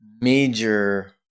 major